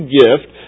gift